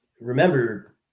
remember